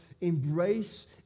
embrace